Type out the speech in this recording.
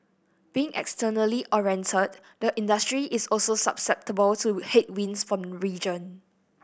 being externally oriented the industry is also susceptible to headwinds from the region